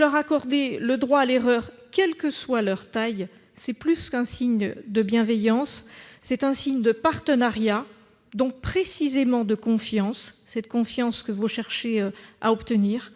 Leur accorder le droit à l'erreur, quelle que soit leur taille, c'est donc plus que montrer de la bienveillance, c'est une marque de partenariat, donc de confiance, cette confiance que vous cherchez à obtenir,